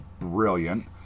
brilliant